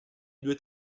due